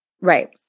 Right